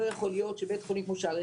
לא יכול להיות שלבית חולים כמו שערי